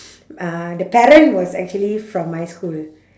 uh the parent was actually from my school